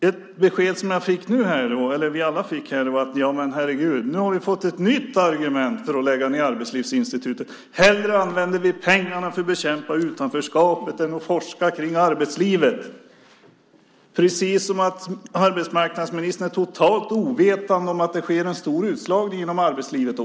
Ett besked som vi fick nu var att vi har fått ett nytt argument för att lägga ned Arbetslivsinstitutet: Vi använder hellre pengarna till att bekämpa utanförskapet än att forska om arbetslivet. Är arbetsmarknadsministern totalt ovetande om att det sker en stor utslagning inom arbetslivet?